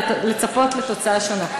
לצפות לתוצאה שונה.